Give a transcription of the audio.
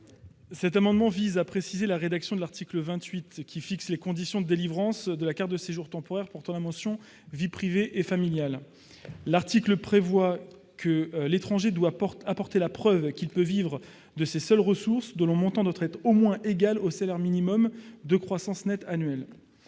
Cet amendement vise à préciser la rédaction de l'article 28, qui fixe les conditions de délivrance de la carte de séjour temporaire portant la mention « vie privée et familiale ». L'article prévoit que l'étranger doit apporter la preuve qu'il peut vivre de ses seules ressources, dont le montant doit être au moins égal au salaire minimum de croissance net annuel.